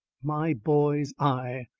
my boy's eye!